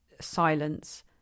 silence